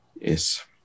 Yes